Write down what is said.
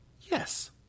Yes